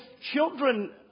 children